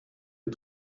est